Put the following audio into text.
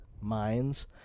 minds